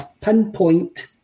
pinpoint